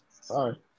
Sorry